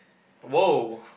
!wow!